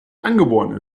angeboren